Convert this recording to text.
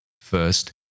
First